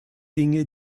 dinge